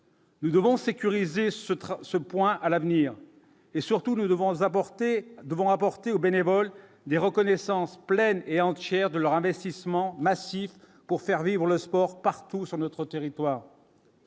Nous devons sécuriser ce train ce point à l'avenir et surtout, nous devons apporter devant apporter aux bénévoles des reconnaissance pleine et entière de leur investissement massif pour faire vivre le sport partout sur notre territoire.